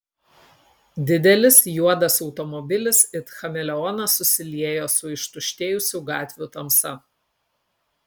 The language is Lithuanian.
didelis juodas automobilis it chameleonas susiliejo su ištuštėjusių gatvių tamsa